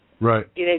Right